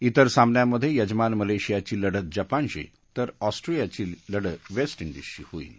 तिर सामन्यांमधे यजमान मलेशियाची लढत जपानशी तर ऑस्ट्रेलियाची वेस्ट डिजशी होईल